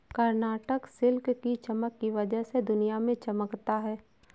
Karnataka silk की चमक की वजह से दुनिया में चमकता है